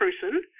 person